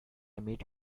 meet